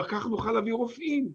ככה נוכל להביא רופאים.